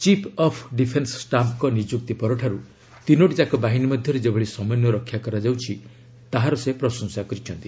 chief of defence ଷ୍ଟାପ୍ଙ୍କ ନିଯୁକ୍ତି ପରଠାରୁ ତିନୋଟି ଯାକ ବାହିନୀ ମଧ୍ୟରେ ଯେଭଳି ସମନ୍ୱୟ ରକ୍ଷା କରାଯାଉଛି ତାହାର ସେ ପ୍ରଶଂସା କରିଛନ୍ତି